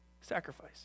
sacrifice